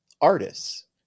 artists